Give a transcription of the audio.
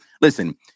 Listen